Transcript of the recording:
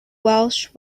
welsh